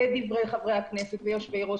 בדברי חברי הכנסת ויושבי-ראש